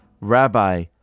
Rabbi